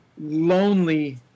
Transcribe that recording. lonely